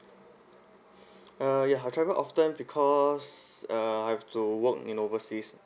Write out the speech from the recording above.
uh ya I travel often because uh I've to work in overseas